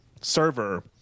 server